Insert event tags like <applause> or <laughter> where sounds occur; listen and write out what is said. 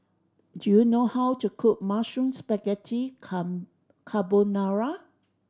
do you know how to cook Mushroom Spaghetti <unintelligible> Carbonara